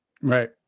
Right